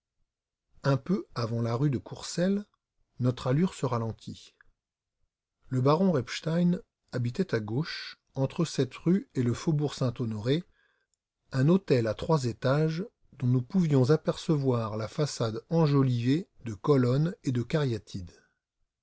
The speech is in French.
un peu avant la rue de courcelles notre allure se ralentit le baron repstein habitait à gauche entre cette rue et le faubourg saint-honoré un hôtel à trois étages dont nous pouvions apercevoir la façade enjolivée de colonnes et de cariatides